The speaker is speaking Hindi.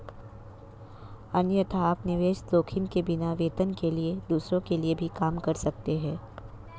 अन्यथा, आप निवेश जोखिम के बिना, वेतन के लिए दूसरों के लिए भी काम कर सकते हैं